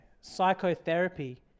psychotherapy